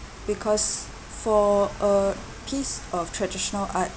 because for a piece of traditional art